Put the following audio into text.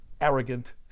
arrogant